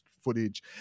footage